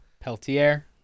Peltier